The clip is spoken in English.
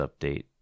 update